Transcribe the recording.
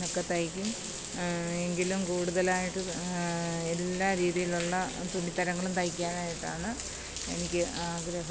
ഒക്കെ തയിക്കും എങ്കിലും കൂടുതലായിട്ട് എല്ലാ രീതിയിലുള്ള തുണിത്തരങ്ങളും തയ്ക്കാനായിട്ടാണ് എനിക്ക് ആഗ്രഹം